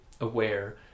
aware